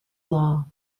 law